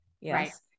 Yes